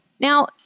Now